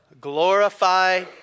glorify